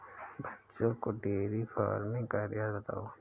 बच्चों को dairy farming का इतिहास बताओ